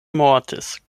mortis